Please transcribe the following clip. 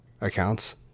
accounts